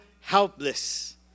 helpless